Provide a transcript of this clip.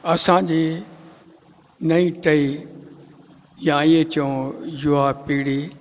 असांजी नईं टही या ईअं चऊं युवा पीढ़ी